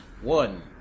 one